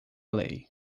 lei